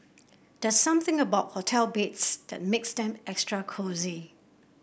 there's something about hotel beds that makes them extra cosy